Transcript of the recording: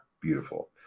beautiful